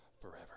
forever